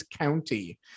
County